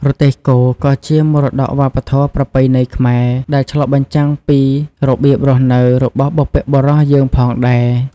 រទេះគោក៏ជា មរតកវប្បធម៌ប្រពៃណីខ្មែរ ដែលឆ្លុះបញ្ចាំងពីរបៀបរស់នៅរបស់បុព្វបុរសយើងផងដែរ ។